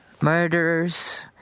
murderers